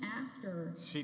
after she